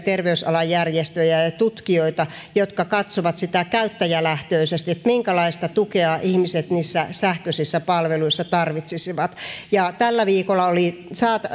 terveysalan järjestöjä ja tutkijoita jotka katsovat käyttäjälähtöisesti minkälaista tukea ihmiset niissä sähköisissä palveluissa tarvitsisivat tällä viikolla oli